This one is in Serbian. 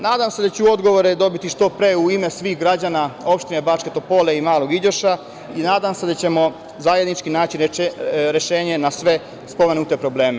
Nadam se da ću odgovore dobiti što pre u ime svih građana opštine Bačke Topole i Malog Iđoša i nadam se da ćemo zajednički naći rešenje na sve spomenute probleme.